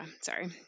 sorry